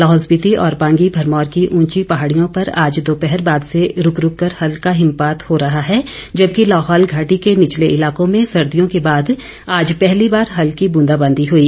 लाहौल स्पीति और पांगी भरमौर की उंची पहाड़ियों पर आज दोपहर बाद से रूक रूक कर हल्का हिमपात हो रहा है जबकि लाहौल घाटी के निचले इलाकों में सर्दियों के बाद आज पहली बार हल्की ब्रंदाबांदी हुई